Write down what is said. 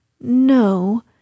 No